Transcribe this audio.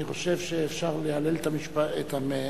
אני חושב שאפשר להלל את הממשלה